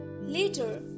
Later